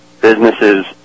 businesses